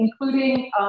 including